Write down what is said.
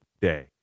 day